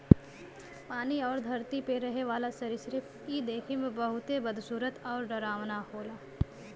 पानी आउर धरती पे रहे वाला सरीसृप इ देखे में बहुते बदसूरत आउर डरावना होला